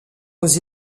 aux